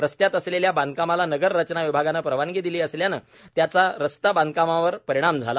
रस्त्यात असलेल्या बांधकामाला नगर रचना विभागानं परवानगी दिली असल्यानं त्याचा रस्ता बांधकामावर परिणाम झाला